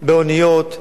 באוניות,